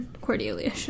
Cordelia